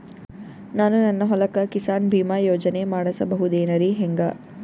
ನಾನು ನನ್ನ ಹೊಲಕ್ಕ ಕಿಸಾನ್ ಬೀಮಾ ಯೋಜನೆ ಮಾಡಸ ಬಹುದೇನರಿ ಹೆಂಗ?